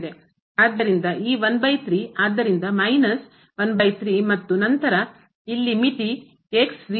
ಆದ್ದರಿಂದ ಈ 13 ಆದ್ದರಿಂದ ಮೈನಸ್ 13 ಮತ್ತು ನಂತರ ಇಲ್ಲಿ ಮಿತಿ 0ಗೆ ಹೋಗುತ್ತದೆ over